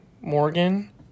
Morgan